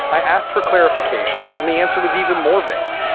i asked for clarification and the answer was even more vague.